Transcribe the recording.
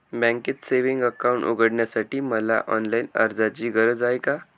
बँकेत savings account उघडण्यासाठी मला ऑनलाईन अर्जाची गरज आहे का?